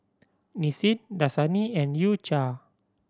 Nissin Dasani and U Cha